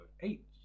Eight